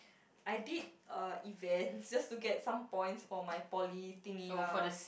I did uh events just to get some points for my poly thinggy lah